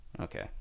Okay